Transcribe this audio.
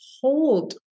hold